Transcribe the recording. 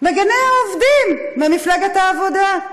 מגִני העובדים ממפלגת העבודה.